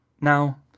Now